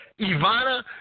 Ivana